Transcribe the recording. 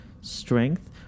strength